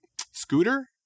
Scooter